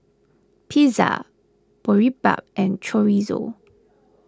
Pizza Boribap and Chorizo